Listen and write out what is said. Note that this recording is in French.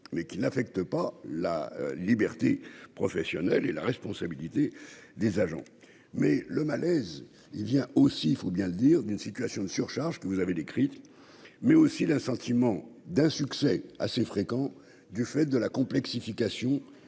mais qui n'affecte pas la liberté professionnelle et la responsabilité des agents, mais le malaise, il y a aussi, il faut bien le dire, d'une situation de surcharge, que vous avez décrite, mais aussi d'un sentiment d'un succès assez fréquent du fait de la complexification